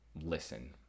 listen